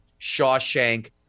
Shawshank